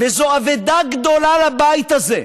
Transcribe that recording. וזו באמת אבדה גדולה לבית הזה.